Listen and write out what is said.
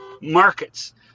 markets